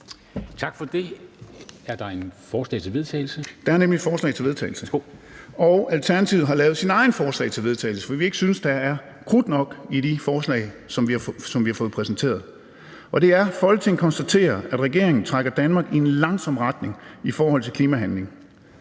Kl. 19:10 (Ordfører) Torsten Gejl (ALT): Ja, der er nemlig et forslag til vedtagelse. Alternativet har lavet sit eget forslag til vedtagelse, fordi vi ikke synes, at der er krudt nok i de forslag, som vi har fået præsenteret. Det er følgende: Forslag til vedtagelse »Folketinget konstaterer, at regeringen trækker Danmark i en langsom retning i forhold til klimahandling.